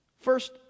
First